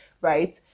right